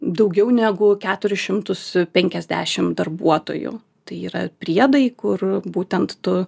daugiau negu keturis šimtus penkiasdešim darbuotojų tai yra priedai kur būtent tu